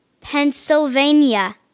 Pennsylvania